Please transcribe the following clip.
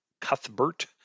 Cuthbert